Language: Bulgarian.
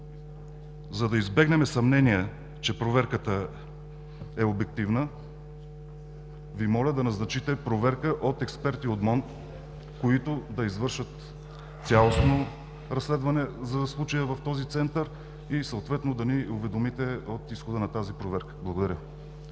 За да избегнем съмнение, че проверката е обективна, Ви моля да назначите проверка от експерти от МОН, които да извършат цялостно разследване за случая в този Център и съответно да ни уведомите от изхода на тази проверка. Благодаря.